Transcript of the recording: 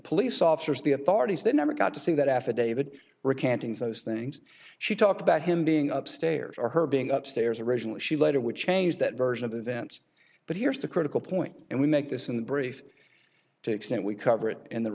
police saw the authorities they never got to see that affidavit recanting those things she talked about him being upstairs or her being up stairs originally she later would change that version of events but here's the critical point and we make this in the brief to extent we cover it in the